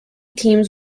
teams